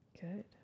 Good